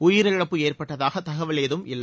உயிரிழப்பு ஏற்பட்டதாக தகவல் ஏதும் இல்லை